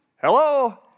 hello